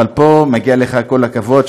פה מגיע לך כל הכבוד,